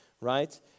right